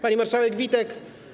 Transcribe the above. Pani Marszałek Witek!